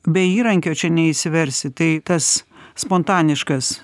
be įrankio čia neišsiversi tai tas spontaniškas